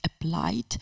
applied